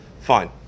Fine